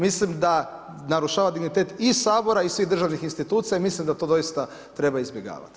Mislim da narušava dignitet i Sabora i svih državnih institucija i mislim da to doista treba izbjegavati.